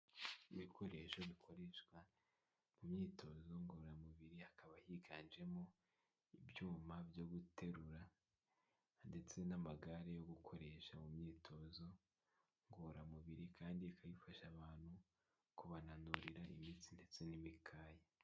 Ibikoresho bikoreshwa mu myitozo ngororamubiri, hakaba higanjemo ibyuma byo guterura ndetse n'amagare yo gukoresha mu myitozo ngororamubiri, kandi bkaba bifasha abantu kubananurira imitsi ndetse n'imikaya.